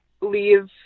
leave